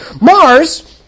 Mars